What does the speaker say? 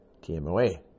TMOA